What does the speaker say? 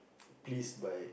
pleased by